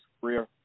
career